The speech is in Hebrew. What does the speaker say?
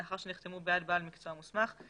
לאחר שנחתמו ביד בעל מקצוע מוסמך,